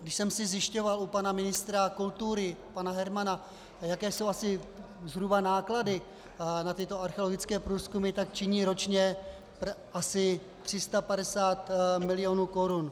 Když jsem si zjišťoval u pana ministra kultury, pana Hermana, jaké jsou asi zhruba náklady na tyto archeologické průzkumy, tak činí ročně asi 350 milionů korun.